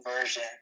version